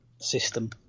system